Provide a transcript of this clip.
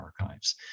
archives